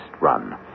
run